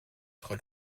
frau